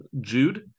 Jude